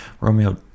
Romeo